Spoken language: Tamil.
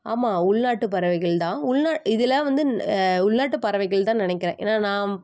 ஆமாம் உள்நாட்டு பறவைகள்தான் உள் நாட் இதெலாம் வந்து உள்நாட்டு பறவைகள்தான் நினக்கிறேன் ஏன்னா நான்